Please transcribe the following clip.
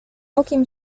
okiem